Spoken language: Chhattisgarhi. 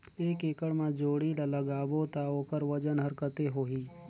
एक एकड़ मा जोणी ला लगाबो ता ओकर वजन हर कते होही?